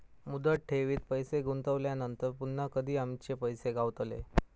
मुदत ठेवीत पैसे गुंतवल्यानंतर पुन्हा कधी आमचे पैसे गावतले?